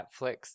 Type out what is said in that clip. Netflix